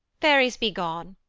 fairies, be gone,